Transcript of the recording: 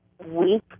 Week